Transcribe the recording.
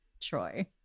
Troy